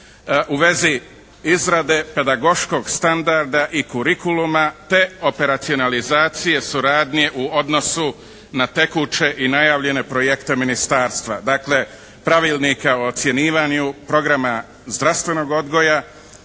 u vezi izrade pedagoškog standarda i «curriculuma» te operacionalizacije, suradnje u odnosu na tekuće i najavljene projekte Ministarstva. Dakle Pravilnika o ocjenjivanju programa zdravstvenog odgoja,